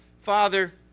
Father